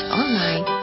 online